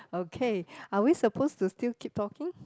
okay are we supposed to still keep talking